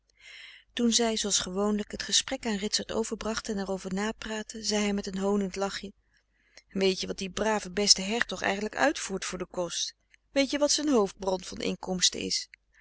toen zij zooals gewoonlijk het gesprek aan ritsert overbracht en er over napraatte zei hij met zijn honend lachje weet je wat die brave beste hertog eigenlijk uitvoert voor de kost weet je wat z'n hoofdbron van inkomsten is